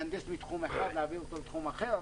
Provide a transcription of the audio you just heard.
מהנדס מתחום אחד להעביר אותו לתחום אחר.